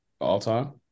All-time